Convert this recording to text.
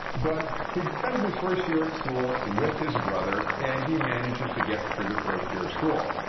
but he spends his first year at school with his brother and he manages to get through the first year of school.